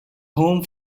home